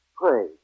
Pray